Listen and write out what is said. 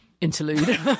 interlude